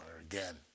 again